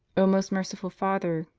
o most merciful father,